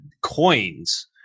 coins